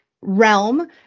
realm